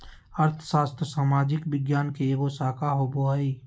अर्थशास्त्र सामाजिक विज्ञान के एगो शाखा होबो हइ